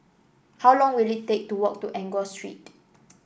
how long will it take to walk to Enggor Street